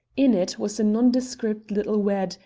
in it was a nondescript little wad,